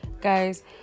guys